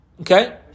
Okay